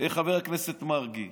חבר הכנסת מרגי,